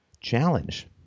challenge